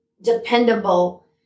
dependable